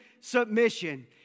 submission